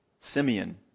Simeon